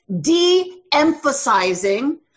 de-emphasizing